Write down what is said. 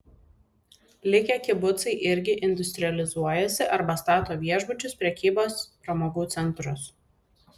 likę kibucai irgi industrializuojasi arba stato viešbučius prekybos pramogų centrus